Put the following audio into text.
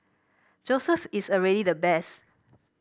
Joseph is already the best